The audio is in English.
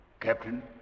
Captain